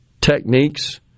techniques